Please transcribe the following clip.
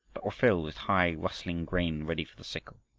but were filled with high rustling grain ready for the sickle.